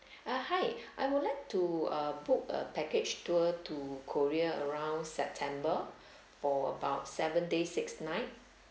uh hi I would like to uh book a package tour to korea around september for about seven days six night